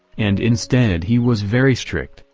and instead he was very strict,